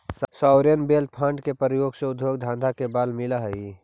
sovereign wealth fund के प्रयोग से उद्योग धंधा के बल मिलऽ हई